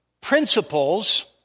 principles